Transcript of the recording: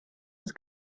het